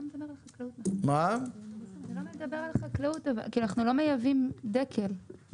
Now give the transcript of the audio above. אנחנו לא מייבאים דקל.